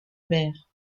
mère